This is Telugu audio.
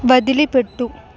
వదిలిపెట్టు